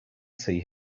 see